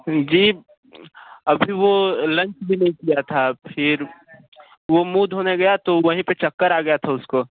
जी अभी वो लंच भी नहीं किया था फिर वो मुँह धोने गया तो वहीं पे चक्कर आ गया था उसको